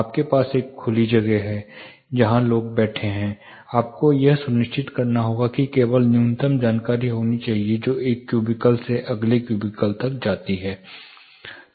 आपके पास एक खुली जगह है जहां लोग बैठे हैं और आपको यह सुनिश्चित करना होगा कि केवल न्यूनतम जानकारी होनी चाहिए जो एक क्यूबिकल से अगले क्यूबिकल तक जाती है